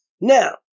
Now